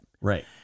Right